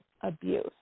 abuse